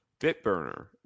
Bitburner